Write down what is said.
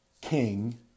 king